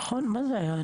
נכון, מה זה היה?